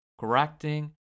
correcting